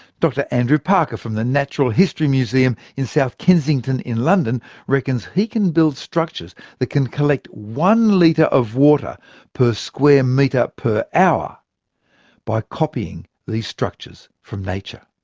dr andrew parker from the natural history museum in south kensington in london reckons he can build structures that can collect one litre of water per square metre per hour by copying these structures from nature.